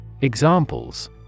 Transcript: Examples